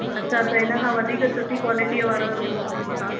अच्छा त इनखां वधीक सुठी क्वालिटीअ वारो मोकिलियूंव था